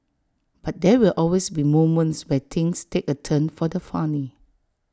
but there will always be moments where things take A turn for the funny